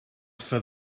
for